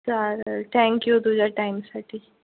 चालेल थँक्यू तुझ्या टाईमसाठी